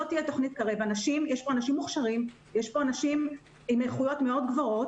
יש פה אנשים מוכשרים עם איכויות גבוהות מאוד